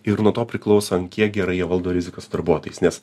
ir nuo to priklauso ant kiek gerai jie valdo rizikas su darbuotojais nes